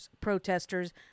protesters